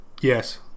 Yes